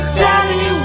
daddy